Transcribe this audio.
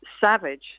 savage